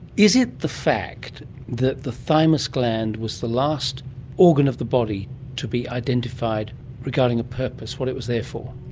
is it the fact that the thymus gland was the last organ of the body to be identified regarding a purpose, what it was there for?